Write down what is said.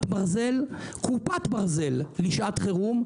קופת ברזל לשעת חירום,